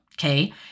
Okay